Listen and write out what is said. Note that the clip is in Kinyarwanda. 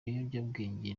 ibiyobyabwenge